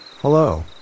Hello